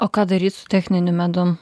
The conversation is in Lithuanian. o ką daryt su techniniu medum